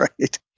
right